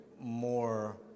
more